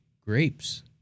grapes